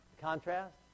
contrast